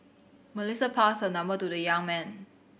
Melissa passed her number to the young man